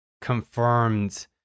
confirmed